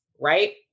right